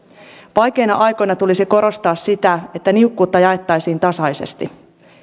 vaikeina aikoina tulisi korostaa sitä että niukkuutta jaettaisiin tasaisesti